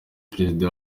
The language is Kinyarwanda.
perezida